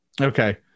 okay